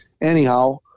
Anyhow